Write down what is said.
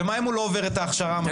ומה אם הוא לא עובר את ההכשרה המתאימה?